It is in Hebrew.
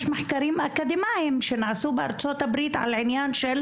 מחקרים אקדמאיים שנעשו בארצות הברית על העניין של